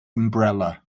umbrella